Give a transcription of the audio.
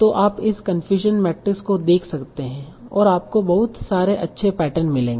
तो आप इस कनफ्यूज़न मैट्रिक्स को देख सकते हैं और आपको बहुत सारे अच्छे पैटर्न मिलेंगे